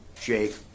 Jake